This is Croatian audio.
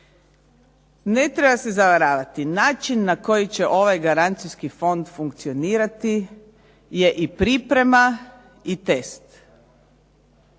Ne treba se zavaravati, način na koji će ovaj garancijski fond funkcionirati je i priprema i test